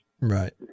Right